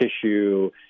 tissue